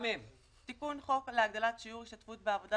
תיקון חוק להגדלת שיעור ההשתתפות בעבודה